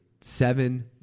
seven